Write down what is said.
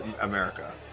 America